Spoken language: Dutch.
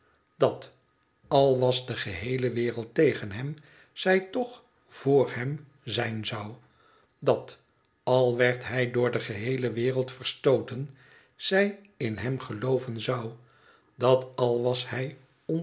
dat al was de geheele wereld tegen hem zij toch vr hem zijn zou dat al werd hij door de geheele wereld verstooten zij in hem gelooven zou dat al was hij